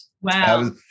Wow